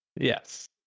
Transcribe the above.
yes